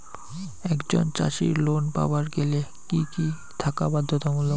একজন চাষীর লোন পাবার গেলে কি কি থাকা বাধ্যতামূলক?